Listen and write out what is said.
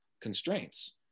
constraints